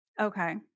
Okay